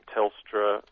Telstra